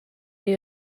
neu